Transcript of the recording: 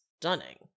stunning